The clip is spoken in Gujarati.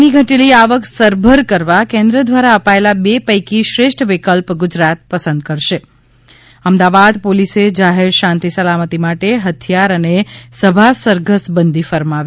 ની ઘટેલી આવક સરભર કરવા કેન્દ્ર દ્વારા અપાયભા બાપૈકી શ્રાષ્ઠ વિકલ્પ ગુજરાત પસંદ કરશ ૈ અમદાવાદ પોલિસ જાહેર શાંતિ સલામતી માટે હથિયાર અન સભા સરઘસબંધી ફરમાવી